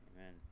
Amen